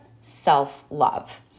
self-love